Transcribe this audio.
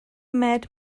met